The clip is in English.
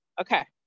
Okay